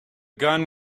gun